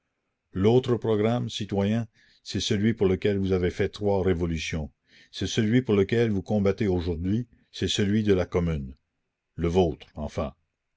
l'autre programme citoyens c'est celui pour lequel vous avez fait trois révolutions c'est celui pour lequel la commune vous combattez aujourd'hui c'est celui de la commune le vôtre enfin